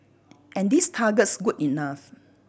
and these targets good enough